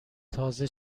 تازه